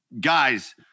Guys